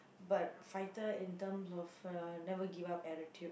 but fighter in terms of uh never give up attitude